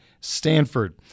Stanford